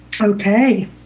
okay